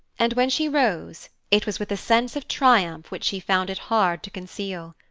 and when she rose it was with a sense of triumph which she found it hard to conceal.